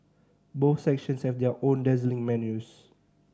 both sections have their own dazzling menus